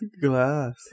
glass